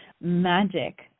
magic